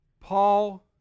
Paul